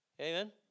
Amen